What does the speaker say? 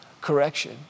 correction